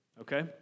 okay